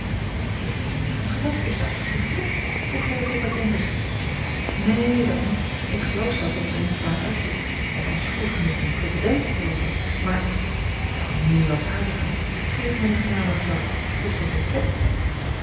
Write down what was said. heeft zij een lichaamsgebrek is zij afzichtelijk vroeg leopold met onrust neen dat niet ik geloof zelfs dat zij er niet kwaad uitziet althans goed genoeg om pretendenten te lokken maar welnu wat aarzelt gij geef mij den genadeslag is t